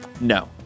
No